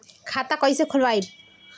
खाता कईसे खोलबाइ?